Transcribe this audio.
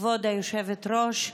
כבוד היושבת-ראש,